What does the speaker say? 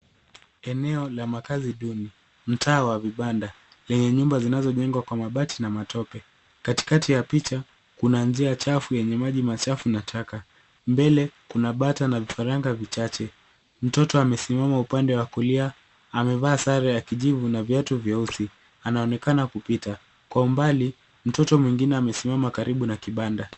Eneo la makaazi duni, mtaa wa vibanda lenye nyumba zinazojengwa kwa mabati na matope .Katikati ya picha, kuna njia chafu yenye maji machafu na takataka. Mbele kuna bata na vifaranga vichache. Mtoto amesimama upande wa kulia amevaa sare ya kijivu na viatu vyeusi. Anaonekana kupita, kwa umbali, mtoto mwingine amesimama karibu na kibanda.